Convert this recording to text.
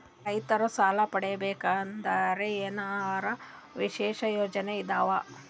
ರೈತರು ಸಾಲ ಪಡಿಬೇಕಂದರ ಏನರ ವಿಶೇಷ ಯೋಜನೆ ಇದಾವ?